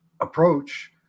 approach